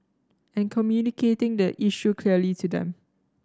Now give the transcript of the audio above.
and communicating the issue clearly to them